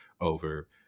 over